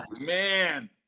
man